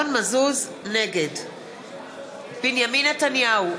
נגד בנימין נתניהו,